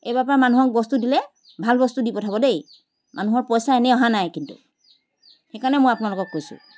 এইবাৰ পৰা মানুহক বস্তু দিলে ভাল বস্তু দি পঠাব দেই মানুহৰ পইচা এনে অহা নাই কিন্তু সেইকাৰণে মই আপোনালোকক কৈছোঁ